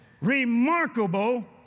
Remarkable